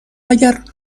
اگر